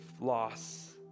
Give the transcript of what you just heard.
loss